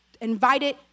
invited